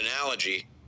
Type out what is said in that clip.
analogy